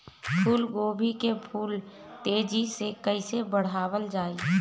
फूल गोभी के फूल तेजी से कइसे बढ़ावल जाई?